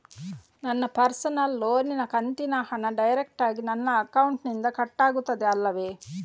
ನನ್ನ ಪರ್ಸನಲ್ ಲೋನಿನ ಕಂತಿನ ಹಣ ಡೈರೆಕ್ಟಾಗಿ ನನ್ನ ಅಕೌಂಟಿನಿಂದ ಕಟ್ಟಾಗುತ್ತದೆ ಅಲ್ಲವೆ?